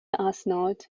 اسناد